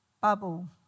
bubble